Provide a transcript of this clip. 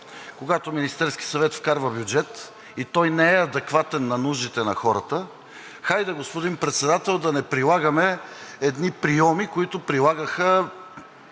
Когато Министерският съвет вкарва бюджет и той не е адекватен на нуждите на хората, хайде, господин Председател, да не прилагаме едни прийоми, които прилагаха